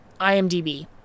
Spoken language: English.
IMDB